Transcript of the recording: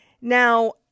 Now